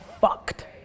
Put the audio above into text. fucked